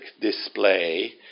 display